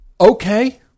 Okay